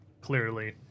clearly